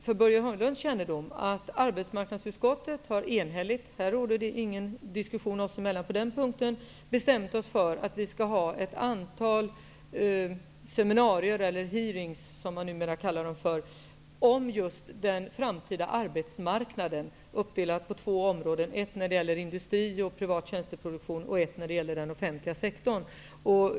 För Börje Hörnlunds kännedom kan jag säga att arbetsmarknadsutskottet enhälligt - på den punkten råder inga delade meningar i utskottet - har beslutat att vi skall ha ett antal seminarier eller hearings, som man numera kallar det, om just den framtida arbetsmarknaden uppdelad på två områden, det ena avseende industri och privat tjänsteproduktion och det andra avseende den offentliga sektorn.